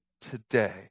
today